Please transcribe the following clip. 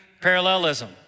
parallelism